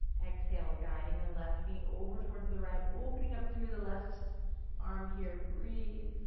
exhale, guiding the left knee over towards the right opening up through the left arm here. breathe.